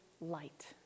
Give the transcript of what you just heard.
light